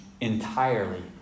entirely